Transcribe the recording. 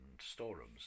storerooms